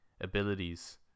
abilities